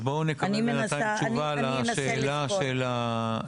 אז בואו נקבל בינתיים תשובה על השאלה של איך